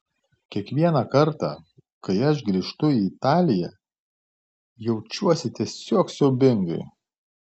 kiekvieną kartą kai aš grįžtu į italiją jaučiuosi tiesiog siaubingai